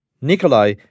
Nikolai